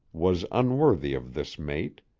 was unworthy of this mate.